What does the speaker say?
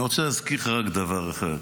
אני רוצה להזכיר לך רק דבר אחד: